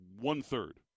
one-third